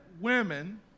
women